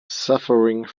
suffering